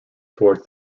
towards